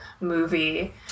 movie